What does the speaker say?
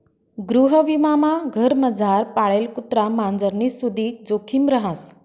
गृहविमामा घरमझार पाळेल कुत्रा मांजरनी सुदीक जोखिम रहास